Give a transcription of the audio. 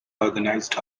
organized